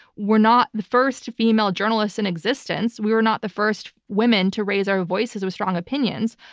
we're not the first female journalists in existence. we were not the first women to raise our voices with strong opinions.